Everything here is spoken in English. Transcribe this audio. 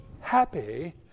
happy